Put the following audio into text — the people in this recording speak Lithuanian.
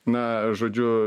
na žodžiu